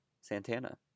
Santana